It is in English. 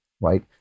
Right